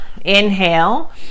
inhale